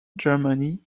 germany